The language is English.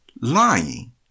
lying